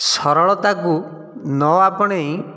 ସରଳତାକୁ ନ ଆପଣେଇ